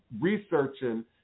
researching